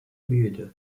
büyüdü